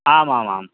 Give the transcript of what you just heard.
आमामाम्